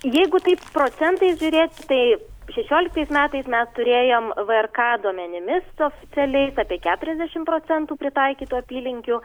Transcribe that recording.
jeigu taip procentais žiūrėt tai šešioliktais metais mes turėjom vrk duomenimis oficialiai apie keturiasdešimt procentų pritaikytų apylinkių